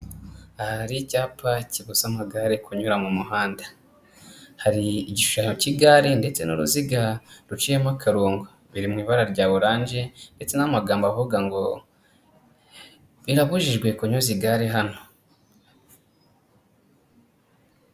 Aha hari icyapa kibuza amagare kunyura mu muhanda. Hari igishanyo cy'igare ndetse n'uruziga ruciyemo akarongo, biri mu ibara rya orange ndetse n'amagambo avuga ngo birabujijwe kunyuza igare hano.